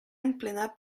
emplenar